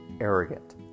arrogant